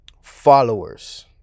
Followers